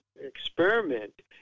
experiment